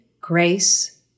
grace